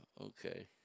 Okay